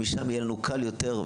שמשם יהיה לנו קל יותר,